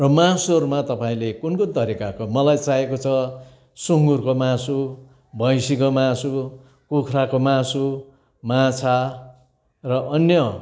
र मासुहरूमा तपाईँले कुन कुन तरिकाको मलाई चाहिएको छ सुँगुरको मासु भैँसीको मासु कुखुराको मासु माछा र अन्य